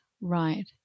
right